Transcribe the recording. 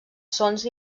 sons